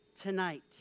tonight